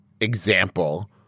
example